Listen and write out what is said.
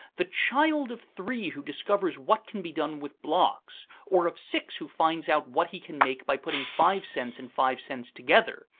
the child of three who discovers what can be done with blocks, or of six who finds out what he can make by putting five cents and five cents together,